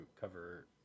cover